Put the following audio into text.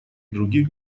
других